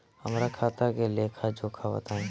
हमरा खाता के लेखा जोखा बताई?